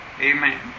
Amen